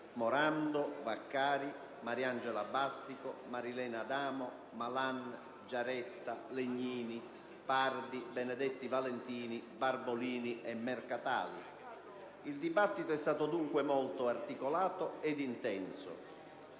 Il dibattito è stato dunque molto articolato ed intenso.